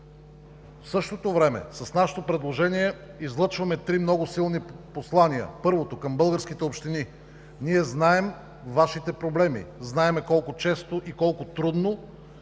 В същото време с нашето предложение излъчваме три много силни послания. Първото – към българските общини: „Ние знаем Вашите проблеми“. Знаем колко често и колко трудно